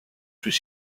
plus